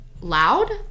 loud